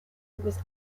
was